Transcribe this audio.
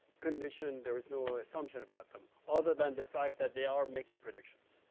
condition, there is no assumption about them, other than the fact that they are making predictions.